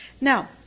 Now